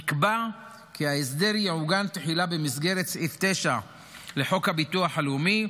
נקבע כי ההסדר יעוגן תחילה במסגרת סעיף 9 לחוק הביטוח הלאומי,